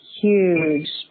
huge